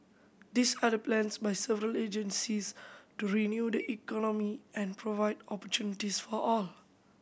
these are the plans by several agencies to renew the economy and provide opportunities for all